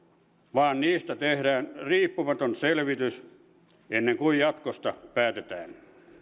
vaan niistä tehdään riippumaton selvitys ennen kuin jatkosta päätetään